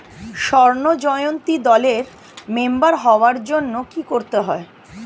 স্বর্ণ জয়ন্তী দলের মেম্বার হওয়ার জন্য কি করতে হবে?